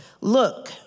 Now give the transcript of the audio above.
Look